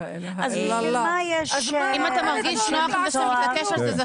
אם אתה מרגיש נוח עם זה שאתה מתעקש על זה,